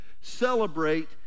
Celebrate